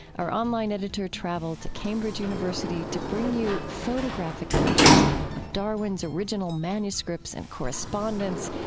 our online editor traveled to cambridge university to bring you photographic images of darwin's original manuscripts and correspondence.